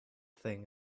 thing